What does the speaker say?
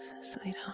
sweetheart